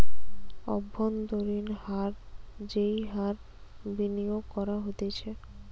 অব্ভন্তরীন হার যেই হার বিনিয়োগ করা হতিছে